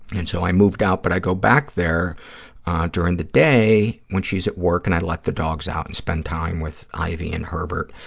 and so i moved out but i go back there during the day when she's at work and i let the dogs out and spend time with ivy and herbert,